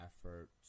effort